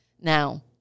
now